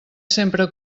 sempre